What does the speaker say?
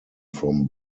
from